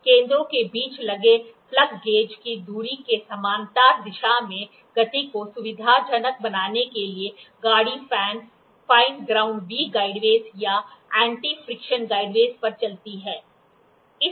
केंद्रों के बीच लगे प्लग गेज की धुरी के समानांतर दिशा में गति को सुविधाजनक बनाने के लिए गाड़ी फैन ग्रौंड वी गाइडवे या एंटी फि्रिकशनल गाइडवे पर चलती है